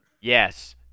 Yes